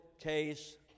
case